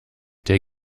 der